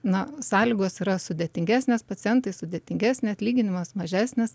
na sąlygos yra sudėtingesnės pacientai sudėtingesni atlyginimas mažesnis